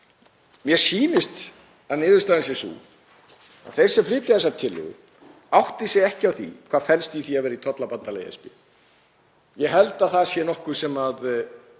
Mér sýnist að niðurstaðan sé sú að þeir sem flytja þessa tillögu átti sig ekki á því hvað felst í því að vera í tollabandalagi ESB. Ég held að það sé nokkuð sem við